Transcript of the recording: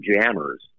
jammers